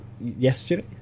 yesterday